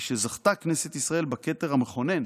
משזכתה כנסת ישראל בכתר המכונן